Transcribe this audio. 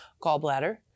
gallbladder